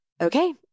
okay